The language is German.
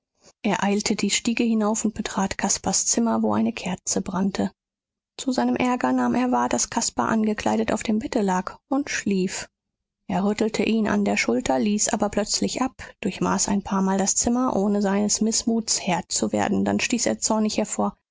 er eilte die stiege hinan und betrat caspars zimmer wo eine kerze brannte zu seinem ärger nahm er wahr daß caspar angekleidet auf dem bette lag und schlief er rüttelte ihn an der schulter ließ aber plötzlich ab durchmaß ein paarmal das zimmer ohne seines mißmuts herr zu werden dann stieß er zornig hervor